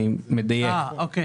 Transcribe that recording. אני מדייק.